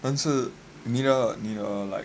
但是你的你的 like 课外活动是